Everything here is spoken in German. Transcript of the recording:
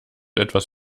etwas